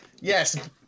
Yes